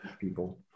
People